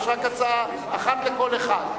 יש רק הצעה אחת לכל אחד.